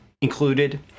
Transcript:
included